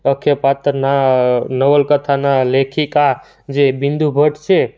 અખે પાત્રના નવલકથાના લેખિકા જે બિંદુ ભટ્ટ છે